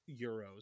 euros